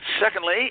Secondly